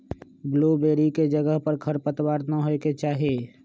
blueberry के जगह पर खरपतवार न होए के चाहि